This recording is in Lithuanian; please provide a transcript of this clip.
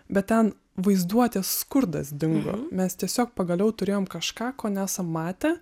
bet ten vaizduotės skurdas dingo mes tiesiog pagaliau turėjom kažką ko nesam matę